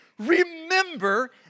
Remember